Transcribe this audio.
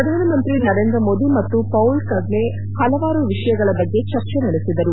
ಪ್ರಧಾನಮಂತ್ರಿ ನರೇಂದ್ರ ಮೋದಿ ಮತ್ತು Paul Kagame ಹಲವಾರು ವಿಷಯಗಳ ಬಗ್ಗೆ ಚರ್ಚೆ ನಡೆಸಿದರು